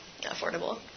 affordable